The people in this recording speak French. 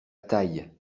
taille